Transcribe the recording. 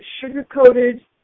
sugar-coated